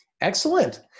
Excellent